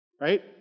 right